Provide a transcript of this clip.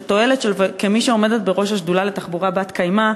כמי שעומדת בראש השדולה לתחבורה בת-קיימא,